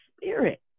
spirit